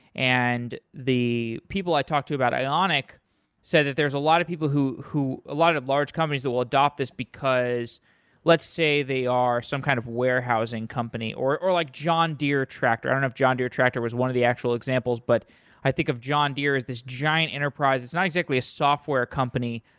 and the people i talk to about ionic said that there's a lot of people who who a lot of large companies that will adopt this, because let's say they are some kind of warehousing company, or or like john deere tractor. i don't know if john deere tractor was one of the actual examples, but i think of john deere as this giant enterprise. it's not exactly a software company,